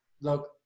look